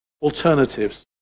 alternatives